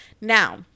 Now